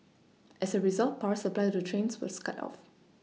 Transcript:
as a result power supply to the trains was cut off